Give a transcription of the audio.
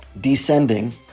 descending